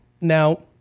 Now